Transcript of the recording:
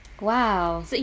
Wow